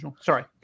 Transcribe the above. Sorry